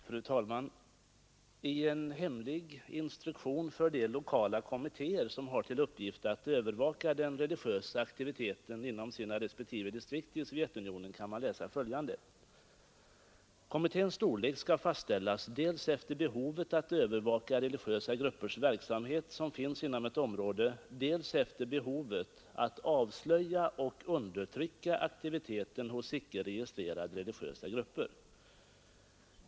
Fru talman! I en hemlig instruktion för de lokala kommittéer som har till uppgift att övervaka den religiösa aktiviteten inom sina respektive distrikt i Sovjetunionen kan man läsa följande: Kommitténs storlek skall fastställas dels efter det behov att övervaka religiösa gruppers verksamhet som finns inom ett område, dels efter behovet att avslöja och undertrycka aktiviteten hos icke registrerade religiösa grupper.